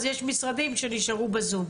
אז יש משרדים שנשארו בזום.